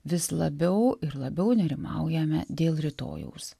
vis labiau ir labiau nerimaujame dėl rytojaus